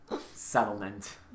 settlement